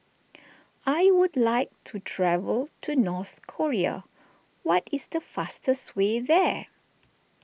I would like to travel to North Korea what is the fastest way there